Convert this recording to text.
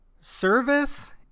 service